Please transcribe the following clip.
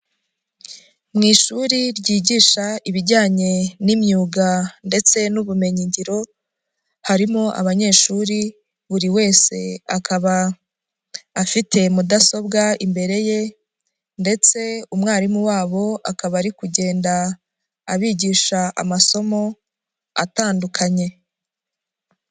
Mu ishuri ryigisha ibijyanye n'imyuga ndetse n'ubumenyi ngiro, harimo abanyeshuri, buri wese akaba afite mudasobwa imbere ye ndetse umwarimu wabo akaba ari kugenda, abigisha amasomo, atandukanye.